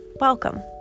welcome